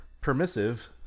Permissive